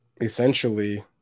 essentially